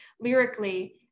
lyrically